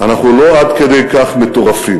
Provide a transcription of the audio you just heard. אנחנו לא עד כדי כך מטורפים.